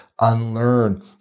unlearn